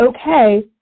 okay